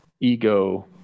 ego